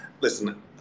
Listen